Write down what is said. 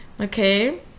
Okay